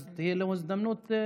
אז תהיה לו הזדמנות.